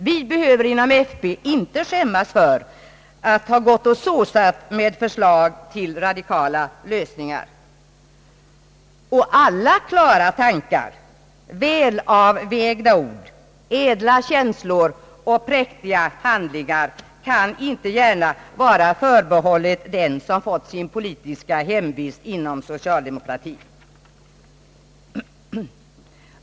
Vi inom folkpartiet behöver inte skämmas för att ha gått och »såsat» med förslag till radikala lösningar. Alla klara tankar, välavvägda ord, ädla känslor och praktiska handlingar kan inte gärna vara förbehållna dem som fått sin politiska hemvist inom socialdemokratien.